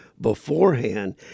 beforehand